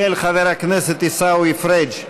של חבר הכנסת עיסאווי פריג'.